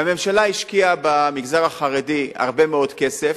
והממשלה השקיעה במגזר החרדי הרבה מאוד כסף,